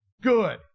good